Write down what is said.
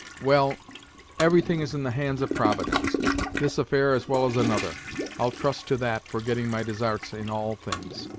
well everything is in the hands of providence this affair as well as another i'll trust to that for getting my desarts in all things.